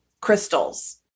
crystals